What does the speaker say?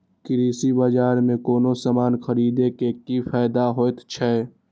कृषि बाजार में कोनो सामान खरीदे के कि फायदा होयत छै?